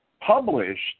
published